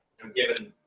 given.